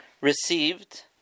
received